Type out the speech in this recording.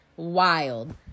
Wild